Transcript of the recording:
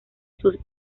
sus